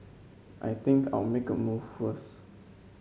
I think I'll make a move first